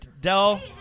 Dell